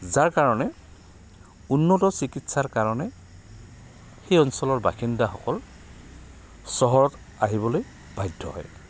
যাৰ কাৰণে উন্নত চিকিৎসাৰ কাৰণে সেই অঞ্চলৰ বাসিন্দাসকল চহৰত আহিবলৈ বাধ্য হয়